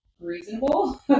reasonable